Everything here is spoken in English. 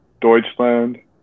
Deutschland